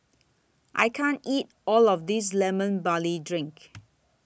I can't eat All of This Lemon Barley Drink